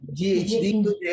GHD